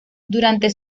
durante